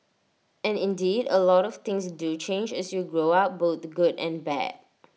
and indeed A lot of things do change as you grow up both good and bad